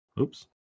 Oops